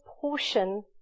Portion